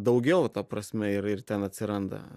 daugiau ta prasme ir ir ten atsiranda